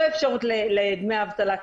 לא אפשרות לדמי אבטלה,